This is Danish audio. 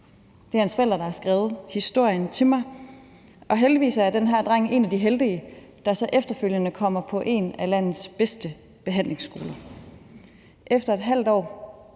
Det er hans forældre, der har skrevet historien til mig. Heldigvis er den her dreng en af de heldige, der så efterfølgende kom på en af landets bedste behandlingsskoler. Efter ½ år